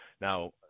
Now